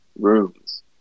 rooms